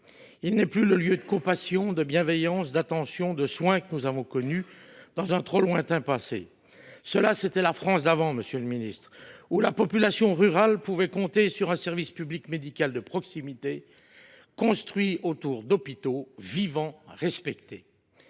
Il n’est plus le lieu de compassion, de bienveillance, d’attention et de soins que nous avons connu dans un trop lointain passé. Cela, c’était la France d’avant, quand la population rurale pouvait compter sur un service public médical de proximité, construit autour d’hôpitaux vivants et respectés.